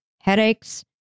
headaches